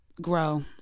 grow